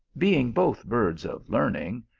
being both birds of learning,